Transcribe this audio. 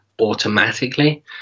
automatically